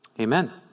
amen